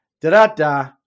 da-da-da